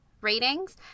Ratings